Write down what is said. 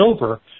over